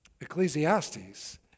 Ecclesiastes